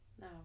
no